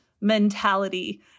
mentality